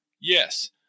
Yes